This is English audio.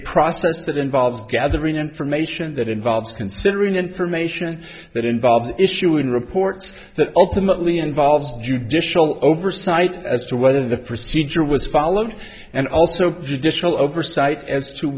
process that involves gathering information that involves considering information that involves issuing reports that ultimately involves judicial oversight as to whether the procedure was followed and also judicial oversight as to